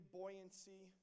buoyancy